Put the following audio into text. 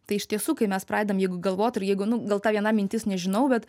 tai iš tiesų kai mes pradedam jeigu galvot ir jeigu nu gal ta viena mintis nežinau bet